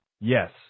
Yes